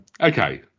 Okay